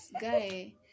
guy